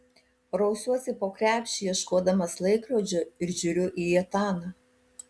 rausiuosi po krepšį ieškodamas laikrodžio ir žiūriu į etaną